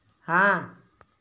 हाँ